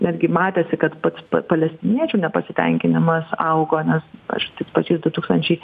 netgi matėsi kad pats palestiniečių nepasitenkinimas augo nes aš tais pačiais du tūkstančiai